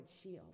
shield